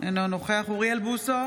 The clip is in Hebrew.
אינו נוכח אוריאל בוסו,